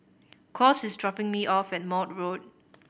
Claus is dropping me off at Maude Road